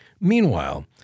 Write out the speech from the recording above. Meanwhile